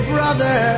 Brother